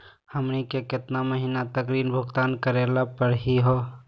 हमनी के केतना महीनों तक ऋण भुगतान करेला परही हो?